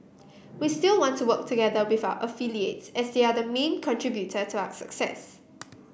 we still want to work together with our affiliates as they are the main contributor to our success